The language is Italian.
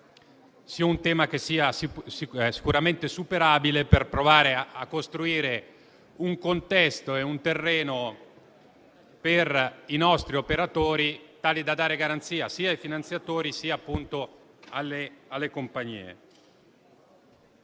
sia un tema sicuramente superabile per provare a costruire un contesto e un terreno per i nostri operatori tali da dare garanzia sia ai finanziatori che alle compagnie,